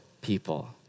people